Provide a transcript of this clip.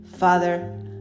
Father